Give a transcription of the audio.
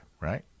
right